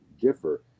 differ